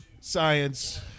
science